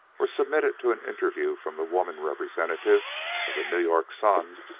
or submitted to an interview from the woman representative of the new york sun,